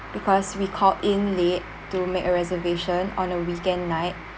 because we called in late to make a reservation on a weekend night